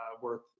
worth